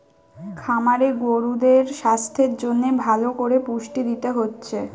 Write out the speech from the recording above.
খামারে গরুদের সাস্থের জন্যে ভালো কোরে পুষ্টি দিতে হচ্ছে